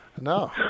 No